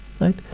right